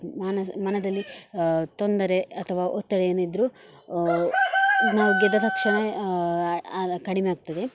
ಮಾನಸ ಮನದಲ್ಲಿ ತೊಂದರೆ ಅಥವಾ ಒತ್ತಡ ಏನಿದ್ದರೂ ನಾವು ಗೆದ್ದ ತಕ್ಷಣ ಕಡಿಮೆ ಆಗ್ತದೆ